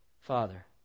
Father